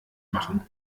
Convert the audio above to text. machen